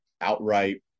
outright